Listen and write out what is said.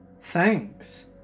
thanks